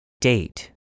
Date